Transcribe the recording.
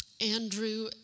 Andrew